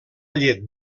llet